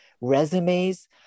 resumes